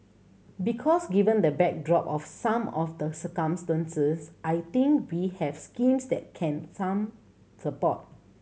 because given the backdrop of some of the circumstances I think we have schemes that can some support